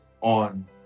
on